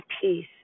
peace